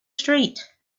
street